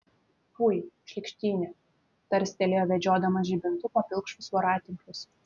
fui šlykštynė tarstelėjo vedžiodamas žibintu po pilkšvus voratinklius